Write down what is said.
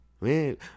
Man